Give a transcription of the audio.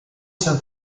san